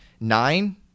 nine